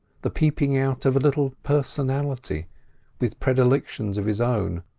the peeping out of a little personality with predilections of its own,